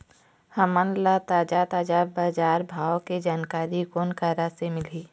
हमन ला ताजा ताजा बजार भाव के जानकारी कोन करा से मिलही?